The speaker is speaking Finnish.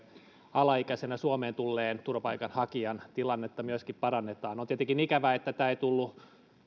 alaikäisenä suomeen tulleen turvapaikanhakijan tilannetta myöskin parannetaan on tietenkin ikävää että tämä ei tullut